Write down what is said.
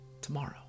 tomorrow